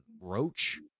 Roach